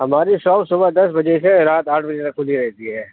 ہماری شاپ صُبح دس بجے سے رات آٹھ بجے تک کُھلی رہتی ہے